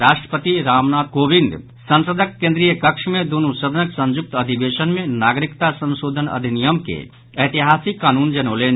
राष्ट्रपति रामनाथ कोविंद संसदक केन्द्रीय कक्ष मे दुनू सदनक संयुक्त अधिवेशन मे नागरिकता संशोधन अधिनियम के ऐतिहासिक कानून जनौलनि